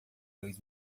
dois